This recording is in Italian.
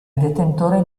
detentore